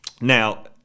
Now